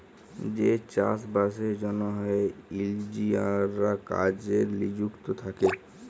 যে চাষ বাসের জ্যনহে ইলজিলিয়াররা কাজে লিযুক্ত থ্যাকে